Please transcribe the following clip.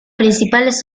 principales